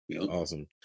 Awesome